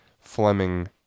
Fleming